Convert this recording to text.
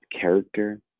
character